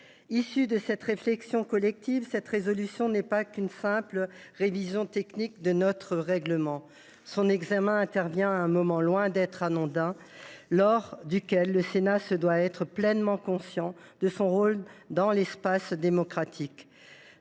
Issue de cette réflexion collective, cette proposition de résolution n’est pas qu’une simple révision technique de notre règlement. Son examen intervient à un moment qui est loin d’être anodin : le Sénat se doit d’être pleinement conscient de son rôle dans l’espace démocratique.